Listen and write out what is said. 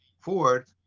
Ford